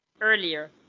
earlier